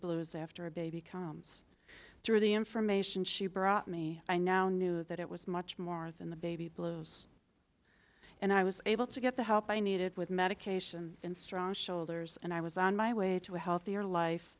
blues after a baby comes through the information she brought me i now knew that it was much more than the baby blues and i was able to get the help i needed with medication and strong shoulders and i was on my way to a healthier life